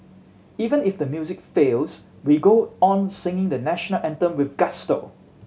even if the music fails we go on singing the National Anthem with gusto